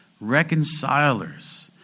reconcilers